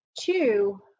Two